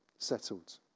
settled